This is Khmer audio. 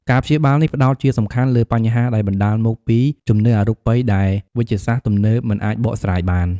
ការព្យាបាលនេះផ្តោតជាសំខាន់លើបញ្ហាដែលបណ្តាលមកពីជំនឿអរូបិយដែលវេជ្ជសាស្ត្រទំនើបមិនអាចបកស្រាយបាន។